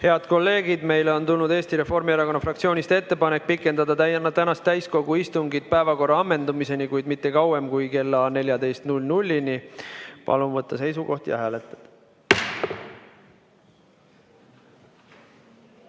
Head kolleegid, meile on tulnud Eesti Reformierakonna fraktsioonist ettepanek pikendada tänast täiskogu istungit päevakorra ammendumiseni, kuid mitte kauem kui kella 14-ni. Palun võtta seisukoht ja hääletada!